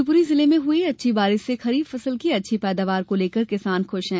शिवपुरी जिले में हई अच्छी बारिश से खरीफ फसल की अच्छी पैदावार को लेकर किसान प्रसन्न हैं